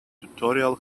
tutorial